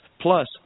plus